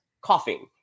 coughing